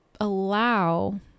allow